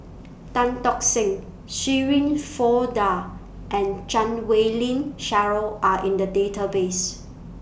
Tan Tock Seng Shirin Fozdar and Chan Wei Ling Cheryl Are in The Database